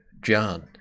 john